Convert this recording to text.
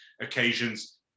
occasions